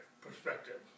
perspective